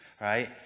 right